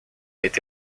été